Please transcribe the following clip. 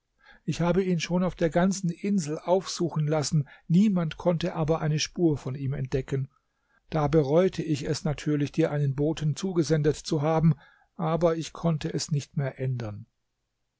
ich habe ihn schon auf der ganzen insel aufsuchen lassen niemand konnte aber eine spur von ihm entdecken da bereute ich es natürlich dir einen boten zugesendet zu haben aber ich konnte es nicht mehr ändern